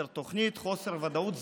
חוסר ודאות.